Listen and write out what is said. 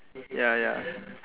ya ya